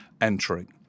entering